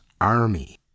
army